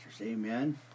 Amen